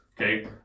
Okay